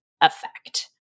effect